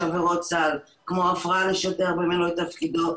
עבירות סל כמו הפרעה לשוטר במילוי תפקידו,